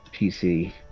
PC